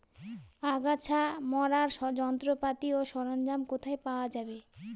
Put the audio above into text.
আগাছা মারার যন্ত্রপাতি ও সরঞ্জাম কোথায় পাওয়া যাবে?